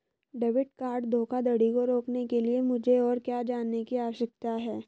Debit card धोखाधड़ी को रोकने के लिए मुझे और क्या जानने की आवश्यकता है?